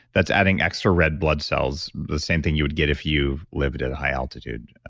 that's adding extra red blood cells. the same thing you would get if you've lived at high altitude,